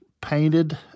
painted